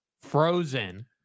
Frozen